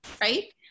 right